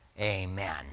Amen